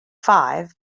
five